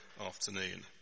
afternoon